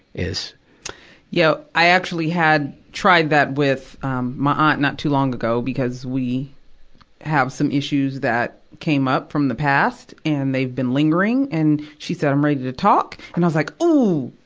is, tonya yeah. i actually had tried that with um my aunt not too long ago, because we have some issues that came up from the past, and they've been lingering. and, she said, i'm ready to talk. and i was, like, oooh!